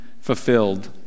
fulfilled